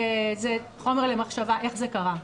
זה חומר למחשבה איך זה קרה,